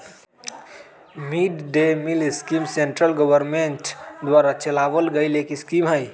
mid day meal scheme central government द्वारा चलावल गईल एक स्कीम हई